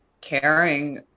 caring